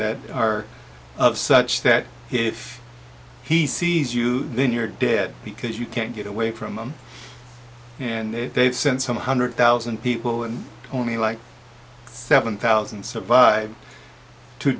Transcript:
that are such that if he sees you then you're dead because you can't get away from them and they send some one hundred thousand people and only like seven thousand survive t